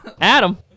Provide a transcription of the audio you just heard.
Adam